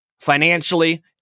Financially